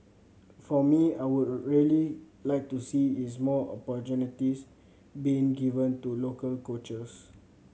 for me I would really like to see is more opportunities being given to local coaches